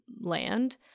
land